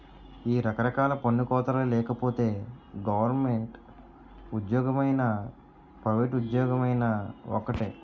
ఈ రకరకాల పన్ను కోతలే లేకపోతే గవరమెంటు ఉజ్జోగమైనా పైవేట్ ఉజ్జోగమైనా ఒక్కటే